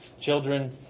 Children